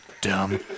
Dumb